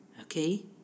Okay